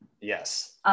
Yes